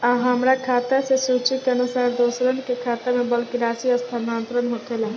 आ हमरा खाता से सूची के अनुसार दूसरन के खाता में बल्क राशि स्थानान्तर होखेला?